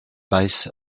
base